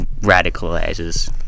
radicalizes